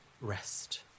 rest